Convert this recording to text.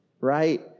right